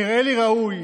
נראה לי ראוי,